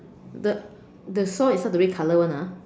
the the saw is not the red color one ah